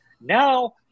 Now